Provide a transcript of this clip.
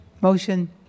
Motion